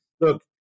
look